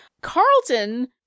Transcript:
Carlton